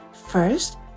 First